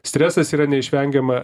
stresas yra neišvengiama